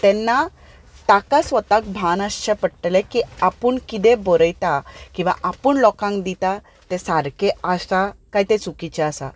तेन्ना ताका स्वताक भान आसचें पडटलें की आपूण कितें बरयता किंवां आपूण लोकांक दिता तें सारकें आसा काय तें चुकिचें आसा